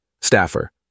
Staffer